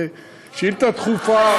לשאילתה דחופה?